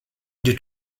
due